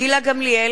גילה גמליאל,